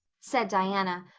said diana,